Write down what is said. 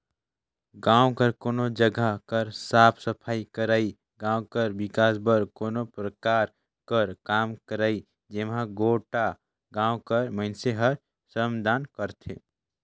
गाँव कर कोनो जगहा कर साफ सफई करई, गाँव कर बिकास बर कोनो परकार कर काम करई जेम्हां गोटा गाँव कर मइनसे हर श्रमदान करथे